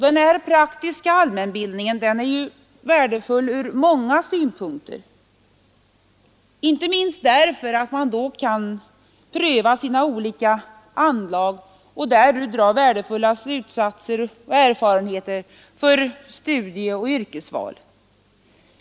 Denna praktiska allmänbildning är värdefull ur många synpunkter, inte minst därför att eleverna då kan pröva sina olika anlag och därur dra viktiga slutsatser och göra värdefulla erfarenheter för studieoch yrkesval.